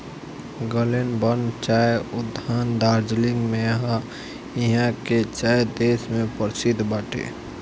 Glenburn चाय उद्यान दार्जलिंग में हअ इहा के चाय देश के परशिद्ध बाटे